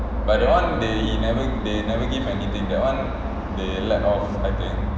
but that [one] they he never they never give anything that [one] they let off I think